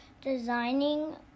designing